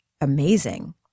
amazing